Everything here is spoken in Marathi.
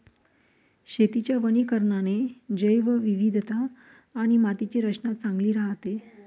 शेतीच्या वनीकरणाने जैवविविधता आणि मातीची रचना चांगली राहते